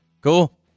cool